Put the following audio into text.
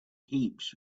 heaps